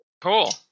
Cool